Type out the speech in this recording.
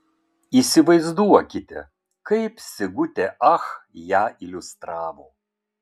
įsivaizduokite kaip sigutė ach ją iliustravo